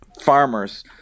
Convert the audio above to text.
Farmers